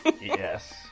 Yes